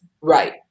Right